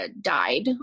died